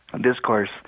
discourse